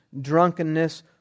drunkenness